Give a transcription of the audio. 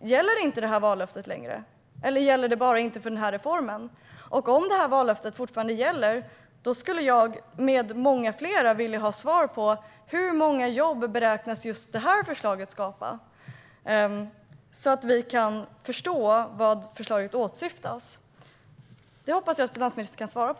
Gäller detta vallöfte inte längre, eller är det bara denna reform som det inte gäller? Om detta vallöfte fortfarande gäller skulle jag och många fler vilja ha svar på hur många jobb som just detta förslag beräknas skapa, så att vi kan förstå vad som åsyftas med förslaget. Det hoppas jag att finansministern kan svara på.